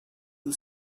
and